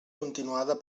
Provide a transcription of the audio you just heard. continuada